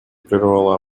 прервала